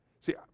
see